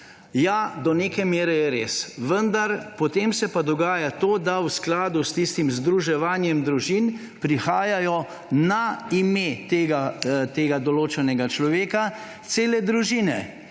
Ja, do neke mere je res. Vendar se pa potem dogaja to, da v skladu s tistim združevanjem družin prihajajo na ime tega določenega človeka cele družine.